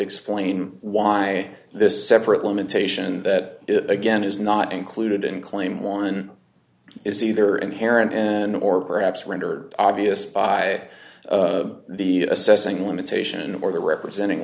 explain why this separate limitation that it again is not included in claim one is either inherent in or perhaps rendered obvious by the assessing limitation or the representing